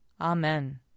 Amen